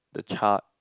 the chart